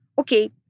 Okay